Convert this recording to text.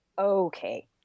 okay